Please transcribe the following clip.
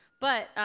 but